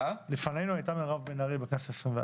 לפנינו הייתה מירב בן ארי בכנסת ה-21.